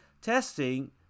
testing